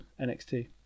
NXT